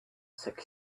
six